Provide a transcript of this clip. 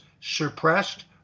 suppressed